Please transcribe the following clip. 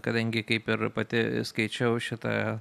kadangi kaip ir pati skaičiau šitą